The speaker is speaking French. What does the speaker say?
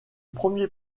premiers